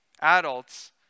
adults